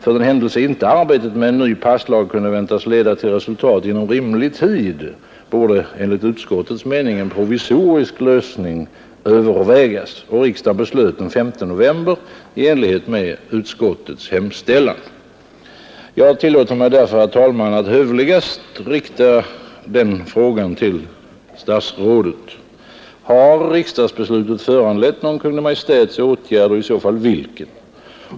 För den händelse inte arbetet med en ny passlag kunde väntas leda till resultat inom rimlig tid borde enligt utskottets mening en provisorisk lösning övervägas. Riksdagen beslöt den 5 november i enlighet med utskottets hemställan. Jag tillåter mig därför, herr talman, att hövligast rikta den frågan till statsrådet: Har riksdagsbeslutet föranlett någon Kungl. Maj:ts åtgärd och i så fall vilken?